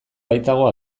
baitago